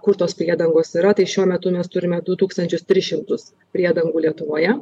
kur tos priedangos yra tai šiuo metu mes turime du tūkstančius tris šimtus priedangų lietuvoje